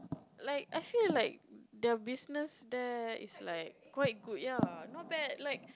like I feel like the business there is like quite good ya not bad like